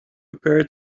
appeared